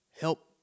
help